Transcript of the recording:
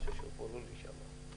מאוד חשוב לי הדיון הזה.